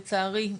לצערי,